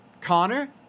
Connor